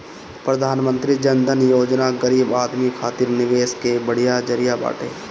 प्रधानमंत्री जन धन योजना गरीब आदमी खातिर निवेश कअ बढ़िया जरिया बाटे